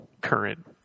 current